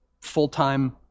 full-time